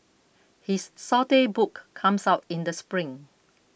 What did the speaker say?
his saute book comes out in the spring